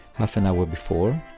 half-an-hour before.